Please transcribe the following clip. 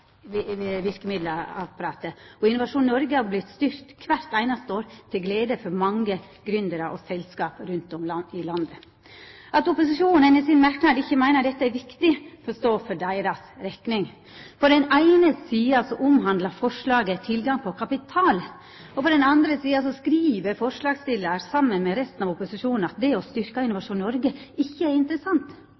Innovasjon Norge har vorte styrkt kvart einaste år, til glede for mange gründerar og selskap rundt om i heile landet. At opposisjonen i sin merknad ikkje meiner dette er viktig, får stå for deira rekning. På den eine sida omhandlar forslaget tilgang på kapital, og på den andre sida skriv forslagsstillarane, saman med resten av opposisjonen, at det å styrkja Innovasjon Norge ikkje er interessant.